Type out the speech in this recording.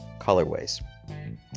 colorways